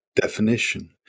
definition